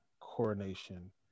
Coronation